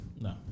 No